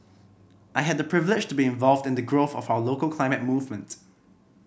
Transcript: I had the privilege to be involved in the growth of our local climate movement